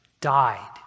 died